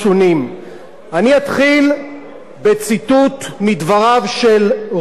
אתחיל בציטוט מדבריו של ראש הממשלה בנימין